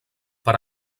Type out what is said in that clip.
per